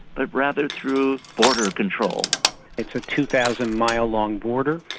but rather through border control. it's a two thousand mile long border.